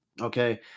Okay